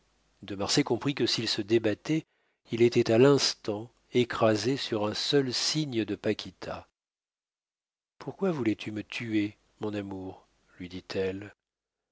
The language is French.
de marsay comprit que s'il se débattait il était à l'instant écrasé sur un seul signe de paquita pourquoi voulais-tu me tuer mon amour lui dit-elle